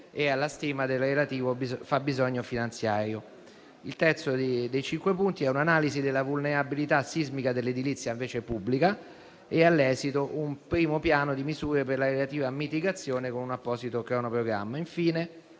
e alla stima del relativo fabbisogno finanziario. Il terzo dei cinque punti è un'analisi della vulnerabilità sismica dell'edilizia pubblica e, all'esito, un primo piano di misure per la relativa mitigazione con un apposito cronoprogramma.